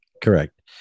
Correct